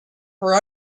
for